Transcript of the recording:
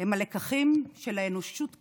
הם הלקחים של האנושות כולה,